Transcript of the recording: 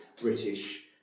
British